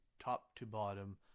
top-to-bottom